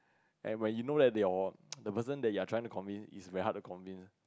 and when you know that your the person that you're trying to convince is very hard to convince